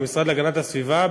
במשרד להגנת הסביבה,